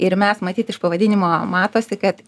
ir mes matyt iš pavadinimo matosi kad